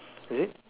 is it